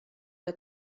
que